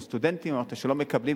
או סטודנטים,